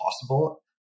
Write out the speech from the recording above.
possible